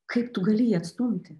kaip tu gali jį atstumti